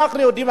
אנחנו יודעים,